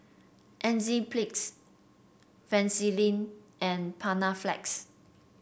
Enzyplex Vaselin and Panaflex